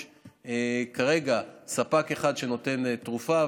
יש כרגע ספק אחד שנותן תרופה,